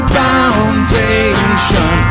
foundation